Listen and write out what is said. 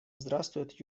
здравствует